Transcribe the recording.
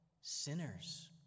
sinners